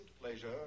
pleasure